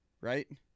right